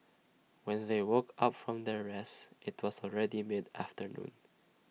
when they woke up from their rest IT was already mid afternoon